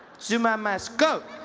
zuma must go!